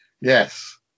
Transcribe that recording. yes